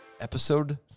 Episode